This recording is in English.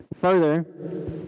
Further